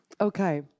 Okay